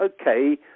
okay